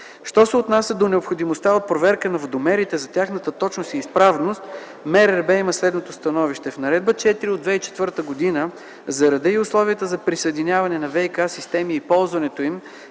Що се отнася до необходимостта от проверка на водомерите за тяхната точност и изправност, МРРБ има следното становище. В Наредба № 4 от 2004 г. за реда и условията за присъединяване на ВиК системи и ползването им,